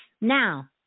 Now